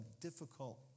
difficult